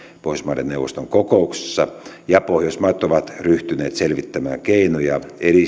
pohjoismaiden neuvoston kokouksissa ja pohjoismaat ovat ryhtyneet selvittämään keinoja